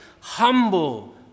humble